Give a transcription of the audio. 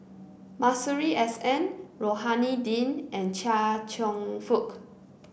Masuri S N Rohani Din and Chia Cheong Fook